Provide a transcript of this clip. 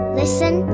listen